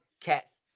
cats